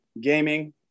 gaming